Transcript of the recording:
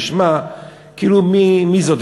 נשמע כאילו: מי זאת,